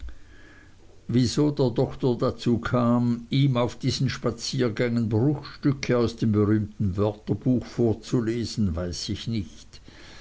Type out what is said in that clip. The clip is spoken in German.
wieso der doktor dazu kam ihm auf diesen spaziergängen bruchstücke aus dem berühmten wörterbuch vorzulesen weiß ich nicht